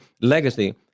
legacy